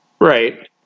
right